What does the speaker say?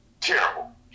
Terrible